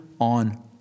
on